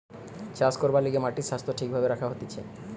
চাষ করবার লিগে মাটির স্বাস্থ্য ঠিক ভাবে রাখা হতিছে